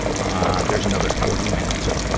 ah, there's another forty minutes of, ah,